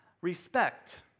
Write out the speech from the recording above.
respect